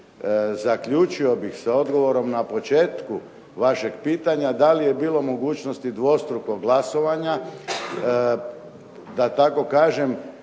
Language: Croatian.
Zaključio bih, s odgovorom na početku vašeg pitanja, da li je bilo mogućnosti dvostrukog glasovanja. DA tako kažem,